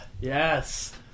Yes